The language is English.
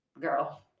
girl